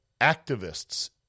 activists